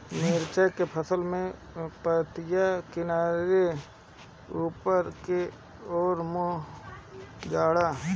मिरचा के फसल में पतिया किनारे ऊपर के ओर मुड़ जाला?